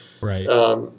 Right